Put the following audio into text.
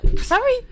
Sorry